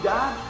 God